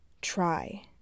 Try